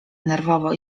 nerwowo